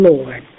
Lord